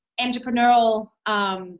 entrepreneurial